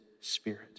spirit